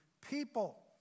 people